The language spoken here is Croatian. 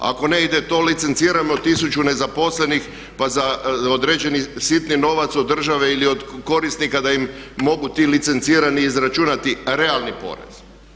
Ako ne ide to licencirano 1000 nezaposlenih pa za određeni sitni novac od države ili od korisnika da im mogu ti licencirani izračunati realni porez.